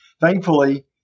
Thankfully